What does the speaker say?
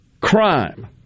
crime